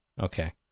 Okay